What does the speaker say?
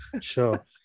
Sure